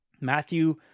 Matthew